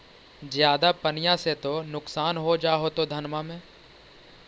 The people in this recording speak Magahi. ज्यादा पनिया से तो नुक्सान हो जा होतो धनमा में?